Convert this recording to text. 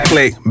Click